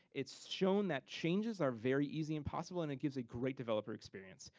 it's shown that changes are very easy and possible, and it gives a great developer experience.